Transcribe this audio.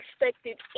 expected